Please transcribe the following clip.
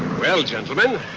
well gentlemen,